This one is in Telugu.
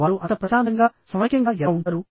వారు అంత ప్రశాంతంగా సమైక్యంగా ఎలా ఉంటారు